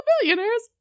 billionaires